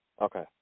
Okay